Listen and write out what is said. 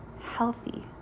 healthy